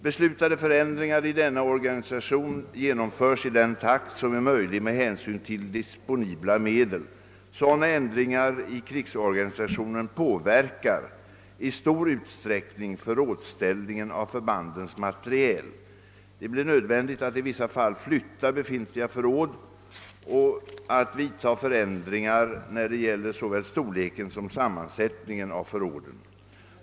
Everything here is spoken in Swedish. Beslutade förändringar i denna organisation genomförs i den takt som är möjlig med hänsyn till disponibla medel. Sådana ändringar i krigsorganisationen påverkar i stor utsträckning förrådsställningen av förbandens materiel. Det blir nödvändigt att i vissa fall flytta befintliga förråd och att vidta förändringar när det gäller såväl storleken som sammansättningen av förråden.